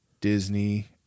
disney